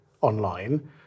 online